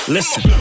Listen